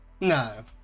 No